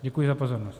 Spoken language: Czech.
Děkuji za pozornost.